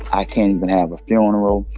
i can't even have a funeral.